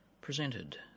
presented